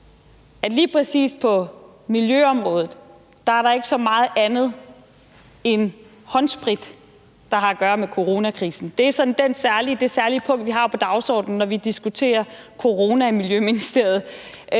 at lige præcis på miljøområdet er der ikke så meget andet end håndsprit, der har at gøre med coronakrisen. Det er sådan det særlige punkt, vi har på dagsordenen, når vi diskuterer corona i Miljøministeriet.